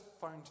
found